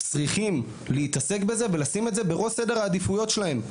צריכים להתעסק בזה ולשים את זה בראש סדר העדיפויות שלהם.